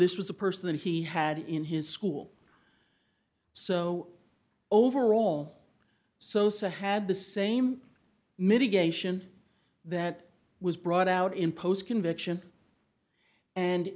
this was a person he had in his school so overall sosa had the same mitigation that was brought out in post conviction and